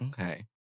okay